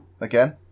again